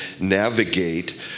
navigate